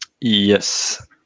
Yes